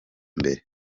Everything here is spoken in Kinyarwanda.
mbere